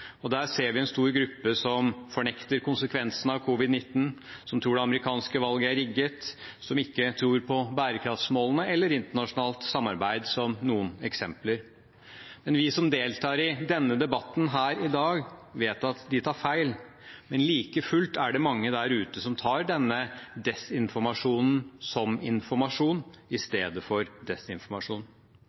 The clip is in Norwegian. og der ser vi en stor gruppe som fornekter konsekvensene av covid-19, som tror det amerikanske valget er rigget, og som ikke tror på bærekraftsmålene eller internasjonalt samarbeid – som noen eksempler. Vi som deltar i denne debatten her i dag, vet at de tar feil. Like fullt er det mange der ute som tar denne desinformasjonen som informasjon i stedet for desinformasjon.